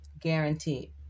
Guaranteed